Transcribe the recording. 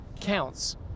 counts